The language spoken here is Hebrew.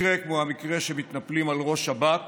מקרה כמו המקרה שמתנפלים על ראש שב"כ